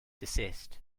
desist